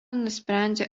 nusprendžia